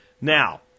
Now